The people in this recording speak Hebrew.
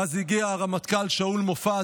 ואז הגיע הרמטכ"ל שאול מופז,